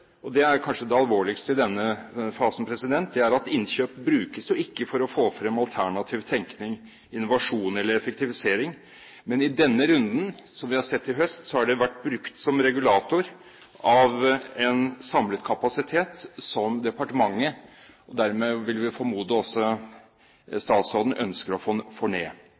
Og for det tredje, og det er kanskje det alvorligste i denne fasen, innkjøp brukes ikke for å få frem alternativ tenkning, innovasjon eller effektivisering, men i denne runden, som vi har sett i høst, har det vært brukt som regulator av en samlet kapasitet, som departementet – og dermed vil vi formode også statsråden – ønsker å få ned. Det betyr at departementet mener at det produseres for